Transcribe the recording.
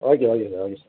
okay okay sir okay sir